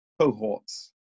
cohorts